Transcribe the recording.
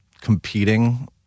competing